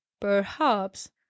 Perhaps